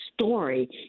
story